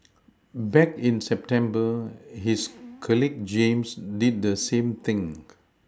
back in September his colleague James did the same thing